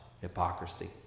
hypocrisy